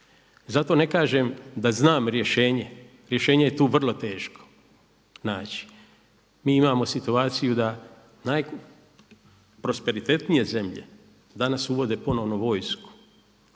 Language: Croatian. Zato ne kažem da znam rješenje, rješenje je tu vrlo teško naći. Mi imamo situaciju da najprosperitetnije zemlje danas uvode ponovno vojsku,